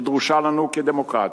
היא דרושה לנו כדמוקרטיה.